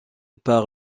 par